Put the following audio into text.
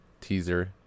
teaser